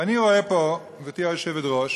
ואני רואה פה, גברתי היושבת-ראש,